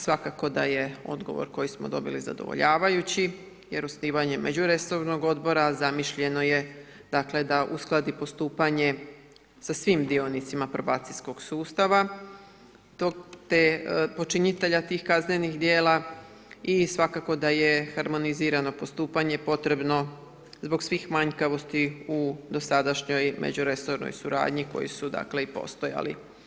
Svakako da je odgovor koji smo dobili zadovoljavajući, jer osnivanjem međuresornog odbora zamišljeno je, dakle, da uskladi postupanje sa svim dionicima probacijskog sustava počinitelja tih kaznenih djela i svakako da je harmonizirano postupanje potrebno zbog svih manjkavosti u dosadašnjoj međuresornoj suradnji koji su dakle i postojali.